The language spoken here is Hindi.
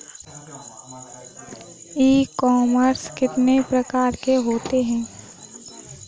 ई कॉमर्स कितने प्रकार के होते हैं?